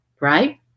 right